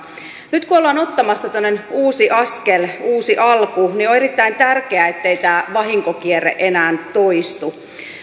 nyt kun ollaan ottamassa tämmöinen uusi askel uusi alku niin on on erittäin tärkeää ettei tämä vahinkokierre enää toistu